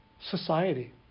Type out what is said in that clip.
society